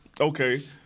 okay